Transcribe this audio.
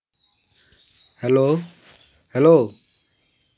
hello hello